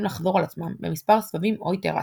לחזור על עצמם במספר סבבים או איטרציות.